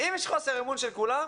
אם יש חוסר אמון של כולם,